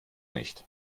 nicht